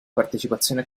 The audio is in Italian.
partecipazione